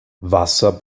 wasser